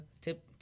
tip